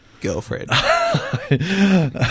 girlfriend